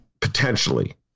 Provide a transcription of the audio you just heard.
potentially